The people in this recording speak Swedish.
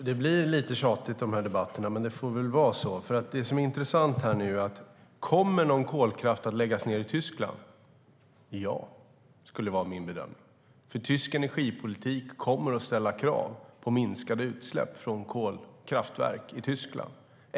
Herr talman! De här debatterna blir lite tjatiga, men det får väl vara så. Kommer någon kolkraft att läggas ned i Tyskland? Ja, det är min bedömning. Tysk energipolitik kommer att ställa krav på minskade utsläpp från kolkraftverk i Tyskland.